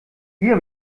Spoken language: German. hier